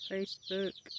Facebook